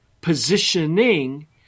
positioning